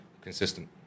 consistent